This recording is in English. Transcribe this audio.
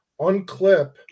unclip